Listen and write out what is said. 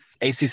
ACC